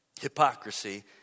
hypocrisy